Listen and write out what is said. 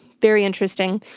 very interesting.